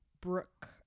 Brooke